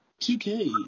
2K